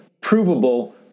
provable